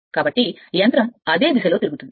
కాబట్టి యంత్రం అదే దిశలో తిరుగుతుంది